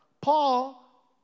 Paul